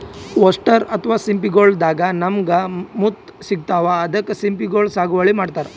oyster ಅಥವಾ ಸಿಂಪಿಗೊಳ್ ದಾಗಾ ನಮ್ಗ್ ಮುತ್ತ್ ಸಿಗ್ತಾವ್ ಅದಕ್ಕ್ ಸಿಂಪಿಗೊಳ್ ಸಾಗುವಳಿ ಮಾಡತರ್